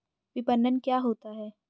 विपणन क्या होता है?